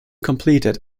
completed